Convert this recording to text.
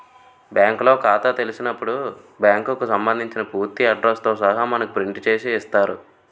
బ్యాంకులో ఖాతా తెలిసినప్పుడు బ్యాంకుకు సంబంధించిన పూర్తి అడ్రస్ తో సహా మనకు ప్రింట్ చేసి ఇస్తారు